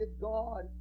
God